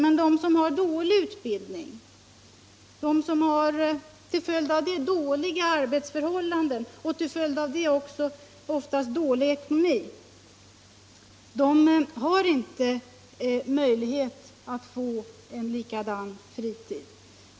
Men de som har dålig utbildning och till följd av det dåliga arbetsförhållanden och till följd av det oftast dålig ekonomi har inte möjligheter att få en lika bra fritid.